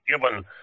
given